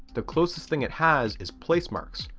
the closest thing it has is placemarks,